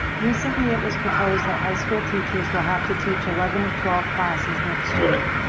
recently it was proposed that high school teachers will have to teach eleven of twelve classes next year.